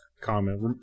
comment